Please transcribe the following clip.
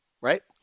Right